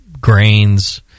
grains